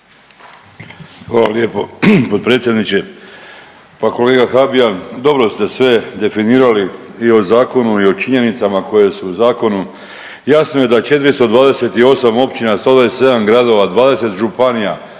Hvala lijepo potpredsjedniče. Pa kolega Habijan dobro ste sve definirali i o zakonu i o činjenicama koje su u zakonu. Jasno je da 428 općina, 127 gradova, 20 županija,